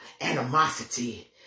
animosity